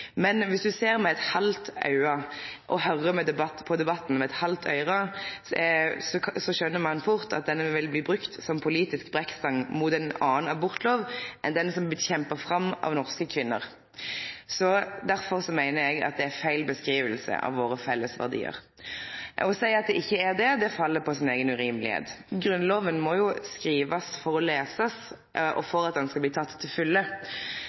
Men dersom ein ser med eit halvt auge, og høyrer på debatten med eit halvt øyre, skjønar ein fort at den vil bli brukt som politisk brekkstang mot ein annan abortlov enn den som er blitt kjempa fram av norske kvinner. Derfor meiner eg at det er feil beskriving av våre felles verdiar. Å seie at det ikkje er det, fell på si eiga urimelegheit. Grunnloven må jo skrivast for å bli lesen og for at han skal bli teken til